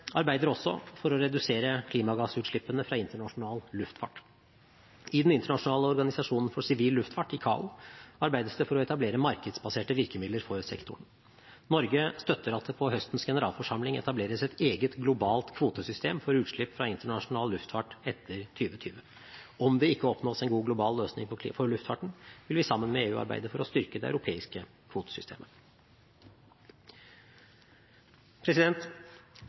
arbeider også for å redusere klimagassutslippene fra internasjonal luftfart. I den internasjonale organisasjonen for sivil luftfart, ICAO, arbeides det for å etablere markedsbaserte virkemidler for sektoren. Norge støtter at det på høstens generalforsamling etableres et eget globalt kvotesystem for utslipp fra internasjonal luftfart etter 2020. Om det ikke oppnås en god global løsning for luftfarten, vil vi sammen med EU arbeide for å styrke det europeiske kvotesystemet.